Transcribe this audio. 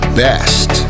best